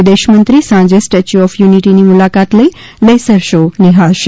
વિદેશ મંત્રી સાંજે સ્ટેચ્યુ ઓફ યુનિટીની મુલાકાત લઇ લેશર શો નિહાળશે